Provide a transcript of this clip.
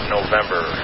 November